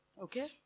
Okay